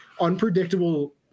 unpredictable